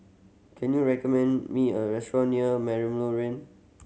can you recommend me a restaurant near Merlimau